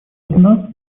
одна